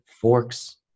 Forks